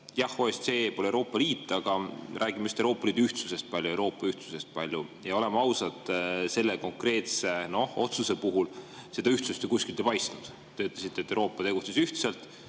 Jah, OSCE pole Euroopa Liit, aga me räägime palju just Euroopa Liidu ühtsusest palju, Euroopa ühtsusest, ja oleme ausad, selle konkreetse otsuse puhul seda ühtsust ju kuskilt ei paistnud. Te ütlesite, et Euroopa tegutses ühtselt,